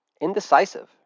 indecisive